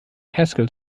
haskell